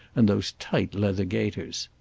and those tight leather gaiters!